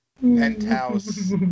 Penthouse